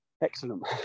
Excellent